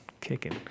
kicking